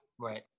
Right